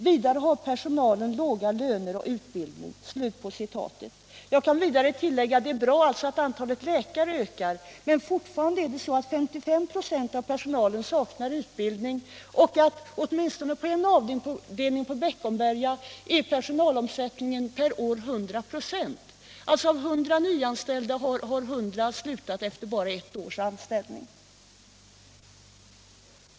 Vidare har personalen låga löner och dålig utbildning.” Jag kan tillägga att det är bra att antalet läkare ökar, men fortfarande saknar 55 26 av personalen utbildning och på åtminstone en avdelning på Beckomberga är personalomsättningen per år 100 926 — alltså av hundra nyanställda har alla hundra slutat efter ett års anställning.